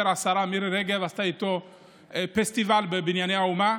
והשרה מירי רגב עשתה פסטיבל בבנייני האומה.